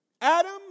Adam